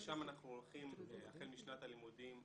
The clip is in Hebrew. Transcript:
ושם אנחנו הולכים החל משנת הלימודים הקרובה,